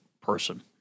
person